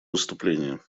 выступление